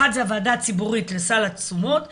אחת, זה הוועדה הציבורית לסל התשומות והשנייה,